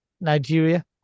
Nigeria